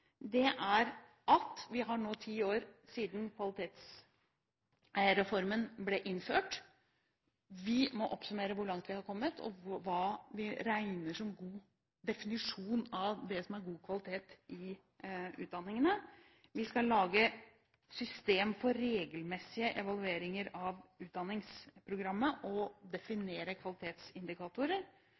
Det er nå ti år siden Kvalitetsreformen ble innført. Vi må oppsummere hvor langt vi har kommet, og hva vi regner som definisjonen av hva som er god kvalitet i utdanningene. Vi skal lage system for regelmessige evalueringer av utdanningsprogrammer og definere kvalitetsindikatorer.